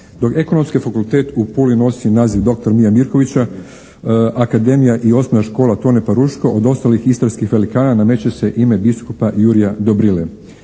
dok ekonomski fakultet u Puli nosi naziv "dr. Mija Mirkovića", akademija i osnovna škola "Tone Peruško" od ostalih istarskih velikana nameće se ime biskupa Jurja Dobrile.